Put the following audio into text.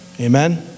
Amen